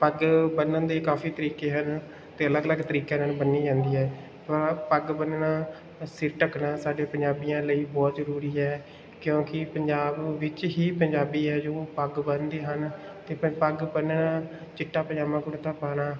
ਪੱਗ ਬੰਨ੍ਹਣ ਦੇ ਕਾਫੀ ਤਰੀਕੇ ਹਨ ਅਤੇ ਅਲੱਗ ਅਲੱਗ ਤਰੀਕਿਆਂ ਨਾਲ ਬੰਨ੍ਹੀ ਜਾਂਦੀ ਹੈ ਤਾਂ ਪੱਗ ਬੰਨ੍ਹਣਾ ਸਿਰ ਢੱਕਣਾ ਸਾਡੇ ਪੰਜਾਬੀਆਂ ਲਈ ਬਹੁਤ ਜ਼ਰੂਰੀ ਹੈ ਕਿਉਂਕਿ ਪੰਜਾਬ ਵਿੱਚ ਹੀ ਪੰਜਾਬੀ ਹੈ ਜੋ ਪੱਗ ਬੰਨ੍ਹਦੇ ਹਨ ਅਤੇ ਫਿਰ ਪੱਗ ਬੰਨ੍ਹਣਾ ਚਿੱਟਾ ਪਜਾਮਾ ਕੁੜਤਾ ਪਾਉਣਾ